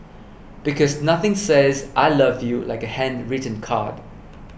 because nothing says I love you like a handwritten card